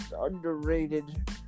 underrated